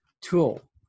tool